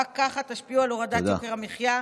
רק ככה תשפיעו על הורדת יוקר המחיה,